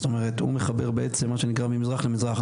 הוא מחבר בעצם ממזרח למזרח.